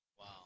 Wow